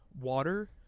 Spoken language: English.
water